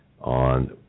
on